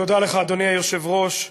תודה לך, אדוני היושב-ראש.